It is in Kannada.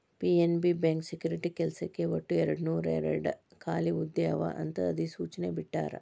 ಪಿ.ಎನ್.ಬಿ ಬ್ಯಾಂಕ್ ಸೆಕ್ಯುರಿಟಿ ಕೆಲ್ಸಕ್ಕ ಒಟ್ಟು ಎರಡನೂರಾಯೇರಡ್ ಖಾಲಿ ಹುದ್ದೆ ಅವ ಅಂತ ಅಧಿಸೂಚನೆ ಬಿಟ್ಟಾರ